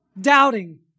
doubting